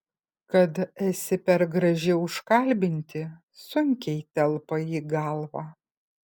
kad esi per graži užkalbinti sunkiai telpa į galvą